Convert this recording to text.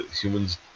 Humans